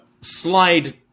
slide